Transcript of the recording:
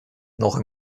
noch